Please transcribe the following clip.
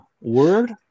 word